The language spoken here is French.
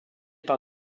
par